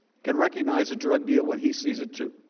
can recognize a drug deal what he sees it too.